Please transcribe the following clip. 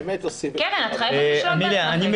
את חייבת לשלוט בעצמך.